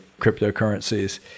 cryptocurrencies